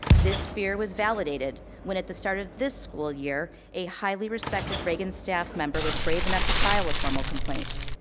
this fear was validated when at the start of this school year, a highly respected reagan staff member was brave enough to file a formal complaint.